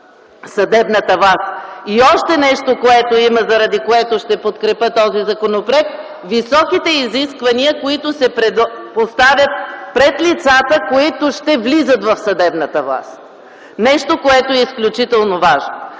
и още нещо, заради което ще подкрепя този законопроект – високите изисквания, които се поставят пред лицата, които ще влизат в съдебната власт. Нещо, което е изключително важно.